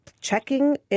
checking